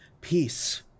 Peace